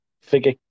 figure